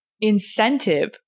incentive